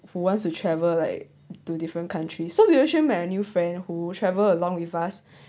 who wants to travel like two different countries so we actually met a new friend who travel along with us